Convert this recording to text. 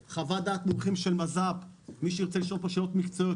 חוות-דעת מומחים של מז"פ מי שירצה לשאול פה שאלות מקצועיות,